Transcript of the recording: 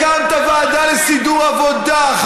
כי הקמתם ועדה לסידור עבודה.